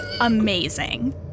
amazing